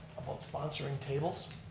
about sponsoring tables.